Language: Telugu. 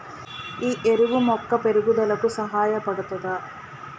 ఈ ఎరువు మొక్క పెరుగుదలకు సహాయపడుతదా?